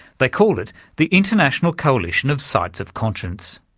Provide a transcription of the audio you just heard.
they called it the international coalition of sites of conscience.